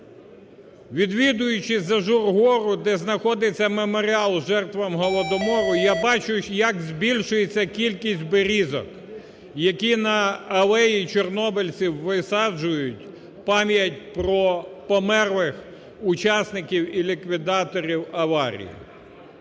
відвідуючи Зажур-гору, де знаходиться меморіал жертвам Голодомору, я бачу як збільшується кількість берізок, які на алеї чорнобильців висаджують в пам'ять про померлих учасників і ліквідаторів аварії.